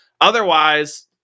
otherwise –